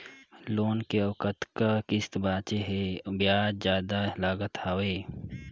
Loan के अउ कतका किस्त बांचें हे? ब्याज जादा लागत हवय,